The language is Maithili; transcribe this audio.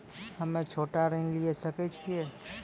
हम्मे छोटा ऋण लिये सकय छियै?